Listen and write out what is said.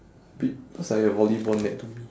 be~ looks like a volleyball net to me